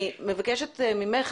אני מבקשת ממך,